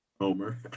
Homer